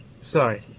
sorry